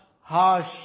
harsh